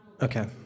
Okay